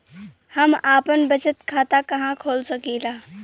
हम आपन बचत खाता कहा खोल सकीला?